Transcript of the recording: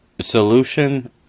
Solution